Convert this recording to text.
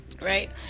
right